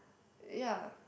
ya